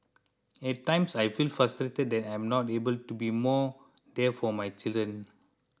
at times I feel frustrated that I am not able to be more there for my children